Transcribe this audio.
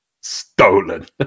stolen